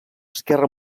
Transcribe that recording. esquerra